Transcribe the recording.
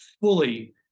fully